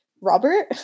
Robert